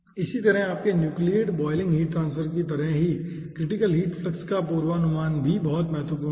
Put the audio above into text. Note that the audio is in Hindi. इसी तरह आपके न्यूक्लियेट बॉयलिंग हीट ट्रांसफर की तरह ही क्रिटिकल हीट फ्लक्स का पूर्वानुमान करना भी बहुत महत्वपूर्ण है